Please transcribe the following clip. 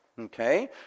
Okay